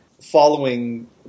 following